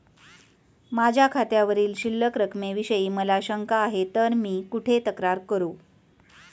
माझ्या खात्यावरील शिल्लक रकमेविषयी मला शंका आहे तर मी कुठे तक्रार करू?